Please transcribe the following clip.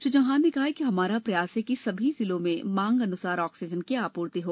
श्री चौहान ने कहा कि हमारा प्रयास है कि सभी जिलों में मांग अनुसार ऑक्सीजन की आपूर्ति हो